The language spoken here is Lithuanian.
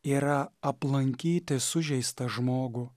yra aplankyti sužeistą žmogų